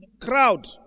crowd